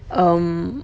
um